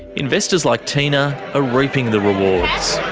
investors like tina are reaping the rewards.